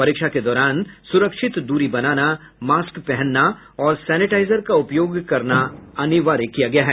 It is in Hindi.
परीक्षा के दौरान सुरक्षित दूरी बनाना मास्क पहनना और सैनिटाइजर का उपयोग करना अनिवार्य किया गया है